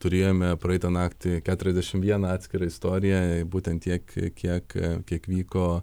turėjome praeitą naktį keturiasdešimt vieną atskirą istoriją būtent tiek kiek kiek vyko